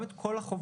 גם את כל החובות,